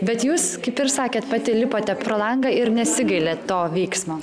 bet jūs kaip ir sakėt pati lipote pro langą ir nesigailit to veiksmo